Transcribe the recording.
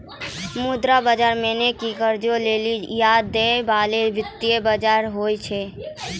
मुद्रा बजार मने कि कर्जा लै या दै बाला वित्तीय बजार होय छै